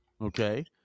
Okay